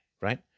right